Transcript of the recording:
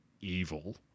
evil